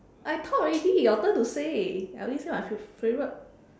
I talk already your turn to say I already say my favorite